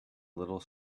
little